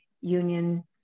union